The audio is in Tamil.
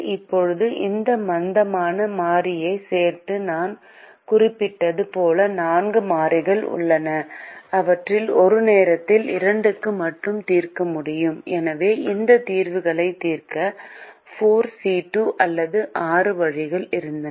இப்போது இந்த மந்தமான மாறியைச் சேர்த்து நான் குறிப்பிட்டது போல நான்கு மாறிகள் உள்ளன அவற்றில் ஒரு நேரத்தில் இரண்டுக்கு மட்டுமே தீர்க்க முடியும் எனவே இந்த தீர்வுகளைத் தீர்க்க 4C2 அல்லது 6 வழிகள் இருந்தன